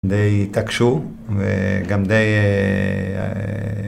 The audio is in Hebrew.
די התעקשו וגם די